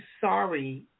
sorry